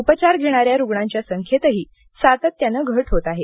उपचार घेणाऱ्या रुग्णांच्या संख्येतही सातत्याने घट होत आहे